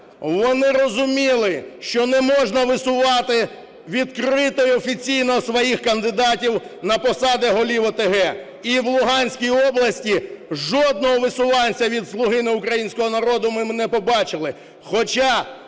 Вони розуміли, що не можна висувати відкрито і офіційно своїх кандидатів на посади голів ОТГ. І в Луганській області жодного висуванця від "Слуги (не українського) народу" ми не побачили,